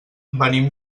venim